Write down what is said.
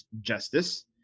justice